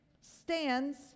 stands